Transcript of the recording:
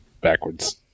backwards